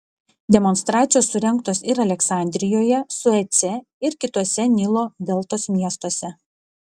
demonstracijos surengtos ir aleksandrijoje suece ir kituose nilo deltos miestuose